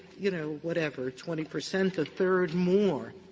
you know, whatever, twenty percent, a third more